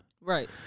right